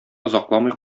озакламый